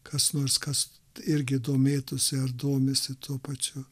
kas nors kas irgi domėtųsi ar domisi tuo pačiu